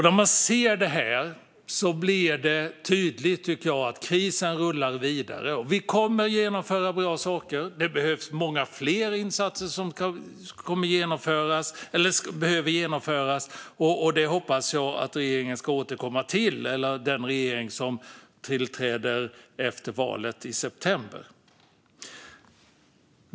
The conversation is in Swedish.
När man ser det här blir det tydligt att krisen rullar vidare. Vi kommer att genomföra bra saker. Det behöver genomföras många fler insatser, vilket jag hoppas att regeringen återkommer till, eller den regering som tillträder efter valet i september.